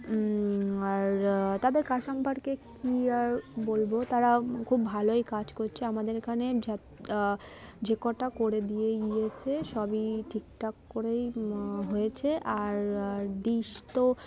আর তাদের কাজ সম্পর্কে কী আর বলবো তারা খুব ভালোই কাজ করছে আমাদের এখানে যে কটা করে দিয়েই গিয়েছে সবই ঠিকঠাক করেই হয়েছে আর ডিশ তো